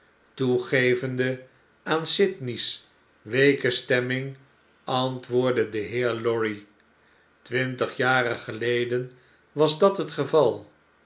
toegevende aan sydney's weeke stemming antwoordde de heer lorry twintig jaren geleden was dat het geval